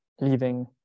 leaving